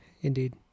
indeed